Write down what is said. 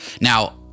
Now